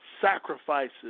Sacrifices